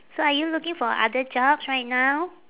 so are you looking for other jobs right now